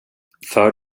för